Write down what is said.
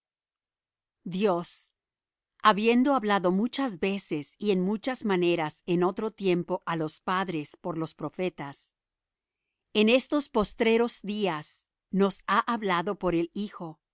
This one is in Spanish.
dios habiendo hablado muchas veces y en muchas maneras en otro tiempo á los padres por los profetas en estos porstreros días nos ha hablado por el hijo